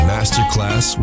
Masterclass